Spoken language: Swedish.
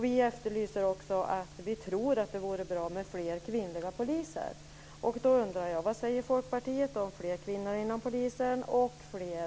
Vi tror att det vore bra med fler kvinnliga poliser.